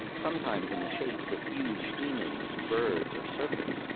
sometimes in the shapes of huge humans, birds, or serpents,